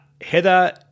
Heather